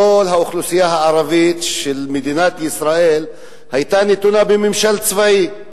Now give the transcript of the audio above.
כל האוכלוסייה הערבית של מדינת ישראל היתה נתונה בממשל צבאי.